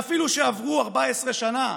ואפילו שעברו 14 שנה,